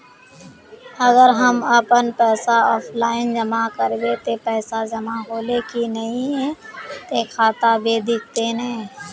अगर हम अपन पैसा ऑफलाइन जमा करबे ते पैसा जमा होले की नय इ ते खाता में दिखते ने?